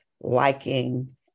liking